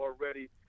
already